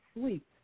sleep